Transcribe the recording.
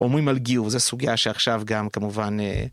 אומרים על גיור זה סוגיה שעכשיו גם כמובן.